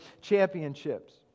championships